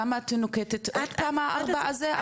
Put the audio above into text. למה את נוקטת עוד פעם ארבע הזה,